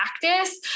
practice